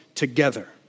together